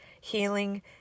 healing